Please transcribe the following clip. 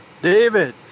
David